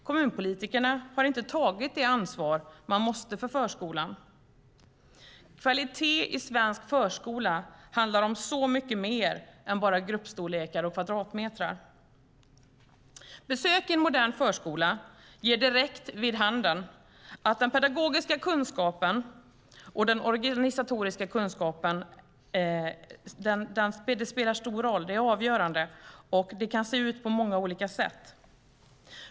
Kommunpolitikerna har inte tagit det ansvar man måste ta för förskolan. Kvalitet i svensk förskola handlar om så mycket mer än bara gruppstorlekar och kvadratmetrar. Besök i en modern förskola ger direkt vid handen att den pedagogiska och den organisatoriska kunskapen spelar stor roll. Det är avgörande och kan se ut på många olika sätt.